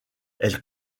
elle